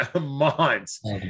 months